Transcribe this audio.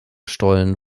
stollen